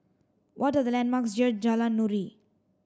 what the landmarks near Jalan Nuri